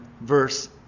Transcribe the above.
verse